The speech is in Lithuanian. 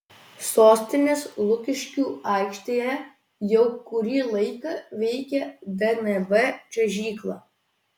sostinės lukiškių aikštėje jau kurį laiką veikia dnb čiuožykla